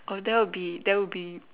oh that would be that would be